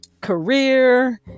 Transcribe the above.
career